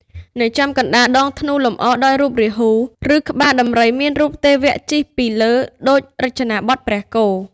នៅចំកណ្តាលដងធ្នូលម្អដោយរូបរាហ៊ូ ឬ ក្បាលដំរីមានរូបទេវៈជិះពីលើដូចរចនាបថព្រះគោ។